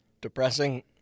depressing